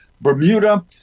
Bermuda